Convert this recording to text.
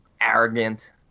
arrogant